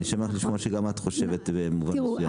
אני שמח לשמוע שגם את חושבת במובן מסוים.